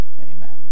amen